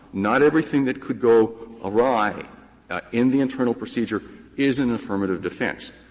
not everything that could go awry in the internal procedure is an affirmative defense.